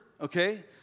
okay